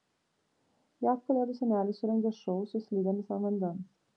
jav kalėdų senelis surengė šou su slidėmis ant vandens